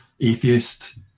atheist